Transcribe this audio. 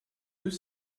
deux